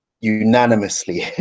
unanimously